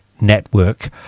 network